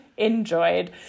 enjoyed